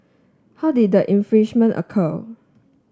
how did the infringements occur